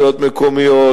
רשויות מקומיות.